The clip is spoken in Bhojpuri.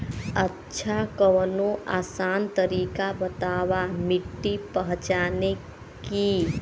अच्छा कवनो आसान तरीका बतावा मिट्टी पहचाने की?